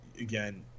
again